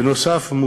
נוסף על כך,